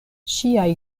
ŝiaj